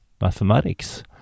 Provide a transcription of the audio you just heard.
mathematics